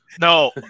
No